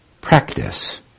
practice